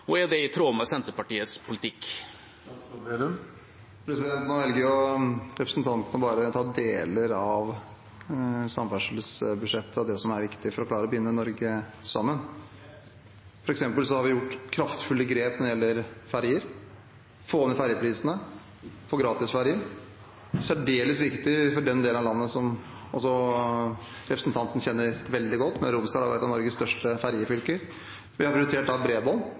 og er det i tråd med Senterpartiets politikk? Nå velger representanten bare å ta deler av samferdselsbudsjettet og det som er viktig for å klare å binde Norge sammen, f.eks. har vi tatt kraftfulle grep når det gjelder ferger – få ned fergeprisene, få gratisferger. Det er særdeles viktig for den delen av landet som representanten kjenner veldig godt, Møre og Romsdal er et av Norges største fergefylker. Vi har prioritert bredbånd,